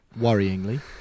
Worryingly